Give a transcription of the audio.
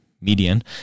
median